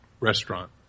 restaurant